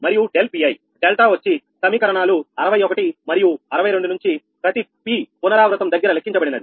మరియు ∆P𝑖డెల్టా వచ్చి సమీకరణాలు 61 మరియు 62 నుంచి ప్రతి p పునరావృతం దగ్గర లెక్కించబడినది